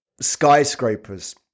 skyscrapers